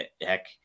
Heck